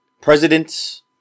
presidents